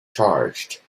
charged